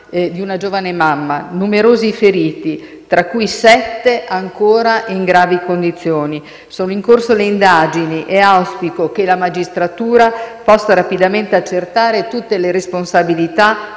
di una giovane mamma. Numerosi i feriti, tra cui sette ancora in gravi condizioni. Sono in corso le indagini e auspico che la magistratura possa rapidamente accertare tutte le responsabilità